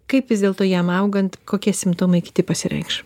kaip vis dėlto jam augant kokie simptomai kiti pasireikš